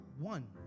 one